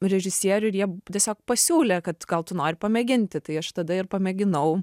režisierių ir jie tiesiog pasiūlė kad gal tu nori pamėginti tai aš tada ir pamėginau